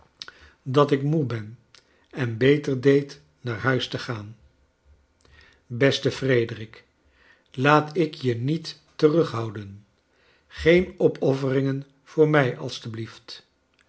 dat ik moe ben en beter deed naar huis te gaan beste frederick laat ik je niet terughouden geen opofferingen voor mij alsjeblieft